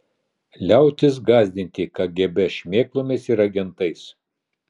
liautis gąsdinti kgb šmėklomis ir agentais